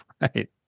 Right